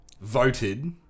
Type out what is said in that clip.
Voted